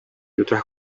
otras